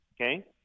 Okay